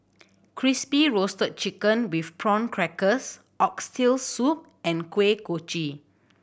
Crispy Roasted Chicken with Prawn Crackers Oxtail Soup and Kuih Kochi